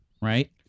right